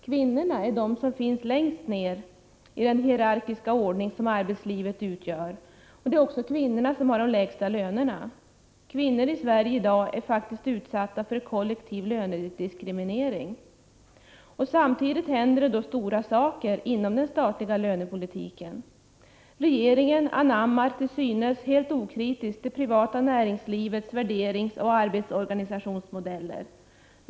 Kvinnorna finns längst ned i den hierarkiska ordning som arbetslivet utgör. Det är också kvinnorna som har de lägsta lönerna. Kvinnor i Sverige i dag är faktiskt utsatta för kollektiv lönediskriminering. Samtidigt händer stora saker inom den statliga lönepolitiken. Regeringen anammar, till synes helt okritiskt, det privata näringslivets värderingsoch arbetsorganisationsmodeller.